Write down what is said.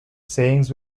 sayings